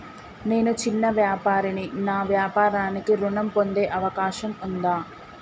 నేను చిన్న వ్యాపారిని నా వ్యాపారానికి ఋణం పొందే అవకాశం ఉందా?